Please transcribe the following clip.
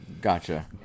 Gotcha